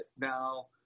now